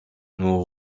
nous